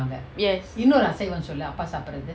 yes